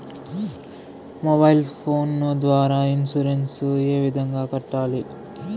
mobile phone ద్వారా insurance ఏ విధంగా కట్టాలి